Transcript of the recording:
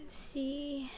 let's see